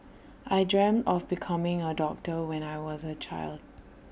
I dreamt of becoming A doctor when I was A child